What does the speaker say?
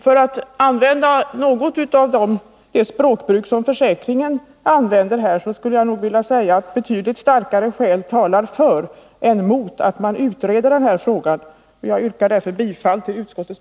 För att använda det språkbruk som förekommer i samband med försäkringar skulle jag nog vilja säga att betydligt starkare skäl talar för än mot en utredning av den här frågan. Jag yrkar bifall till utskottets